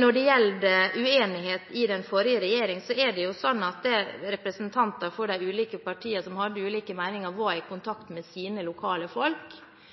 Når det gjelder uenighet i den forrige regjering, var representanter for de ulike partiene, som hadde ulike meninger, i kontakt med sine lokale folk